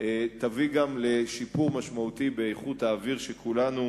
תביא גם לשיפור משמעותי באיכות האוויר שכולנו